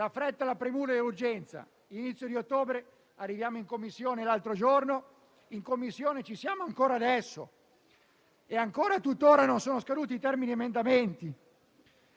Non si può procedere.